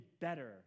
better